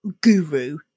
guru